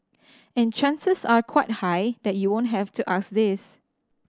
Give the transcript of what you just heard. and chances are quite high that you won't have to ask this